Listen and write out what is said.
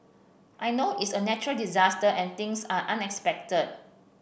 I know it's a natural disaster and things are unexpected